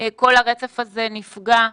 כל הרצף הזה נפגע.